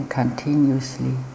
continuously